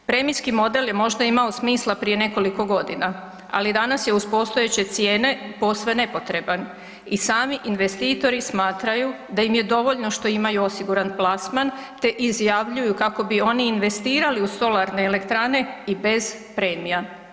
Premijski model je možda imao smisla prije nekoliko godina, ali danas je uz postojeće cijene posve nepotreban i sami investitori smatraju da im je dovoljno što imaju osiguran plasman, te izjavljuju kako bi oni investirali u solarne elektrane i bez premija.